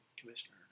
commissioner